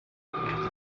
kubahiriza